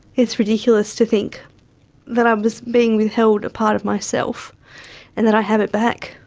it's ridiculous to think that i was being withheld a part of myself and that i have it back.